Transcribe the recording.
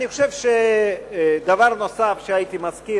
אני חושב שדבר נוסף שהייתי מזכיר,